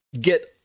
get